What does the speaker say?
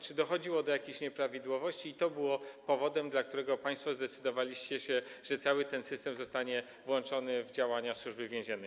Czy dochodziło do jakichś nieprawidłowości i to było powodem, dla którego państwo zdecydowaliście się na to, że cały ten system zostanie włączony w działania Służby Więziennej?